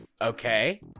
Okay